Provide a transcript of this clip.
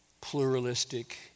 pluralistic